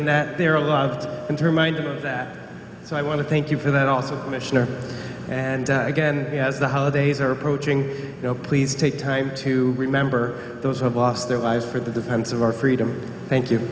and that they're loved and her mind that so i want to thank you for that also commissioner and again as the holidays are approaching so please take time to remember those who have lost their lives for the defense of our freedom thank you